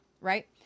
right